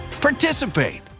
participate